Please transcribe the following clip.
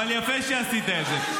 אבל יפה שעשית את זה.